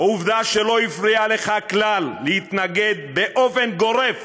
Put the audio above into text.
עובדה שלא הפריעה לך כלל להתנגד באופן גורף